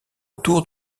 autour